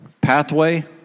pathway